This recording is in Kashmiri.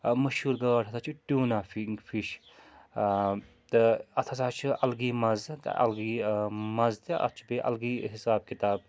مشہوٗر گاڈ ہَسا چھِ ٹیوٗونا فِنٛگ فِش تہٕ اَتھ ہَسا چھِ الگٕے مَزٕ تہٕ اَلگٕے مَزٕ تہِ اَتھ چھِ بیٚیہِ الگٕے حِساب کِتاب